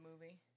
movie